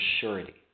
surety